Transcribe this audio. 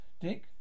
Dick